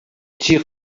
جیغ